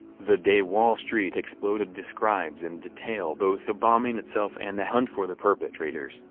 the day wall street exploded describes in detail both the bombing itself and the hunt for the perpetrators,